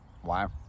Wow